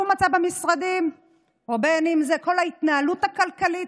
מצא במשרדים או בין אם זה על כל ההתנהלות הכלכלית